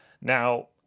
Now